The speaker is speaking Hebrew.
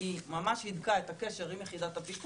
היא ממש הידקה עם את הקשר עם יחידת הפיקוח,